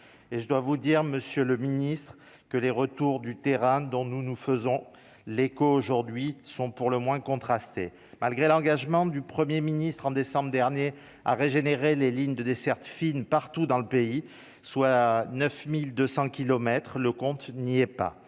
et je dois vous dire Monsieur le Ministre, que les retours du terrain dont nous nous faisons l'écho aujourd'hui sont pour le moins contrasté malgré l'engagement du 1er ministre en décembre dernier à régénérer les lignes de desserte fine partout dans le pays, soit 9200 km, le compte n'y est pas